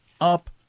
up